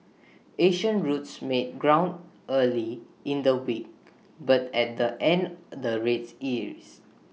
Asian routes made ground early in the week but at the end the rates eased